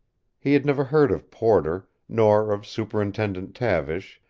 he had never heard of porter, nor of superintendent tavish,